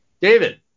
David